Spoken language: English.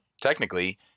technically